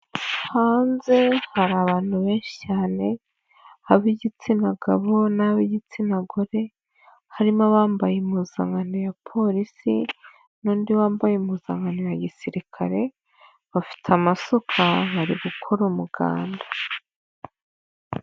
Hanze hari abantu benshi cyane ab'igitsina gabo n'ab'igitsina gore, harimo abambaye impuzankano ya Polisi n'undi wambaye impuzankano ya gisirikare, bafite amasuka bari gukora umuganda.